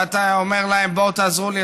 ואתה אומר להם: בואו תעזרו לי,